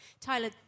Tyler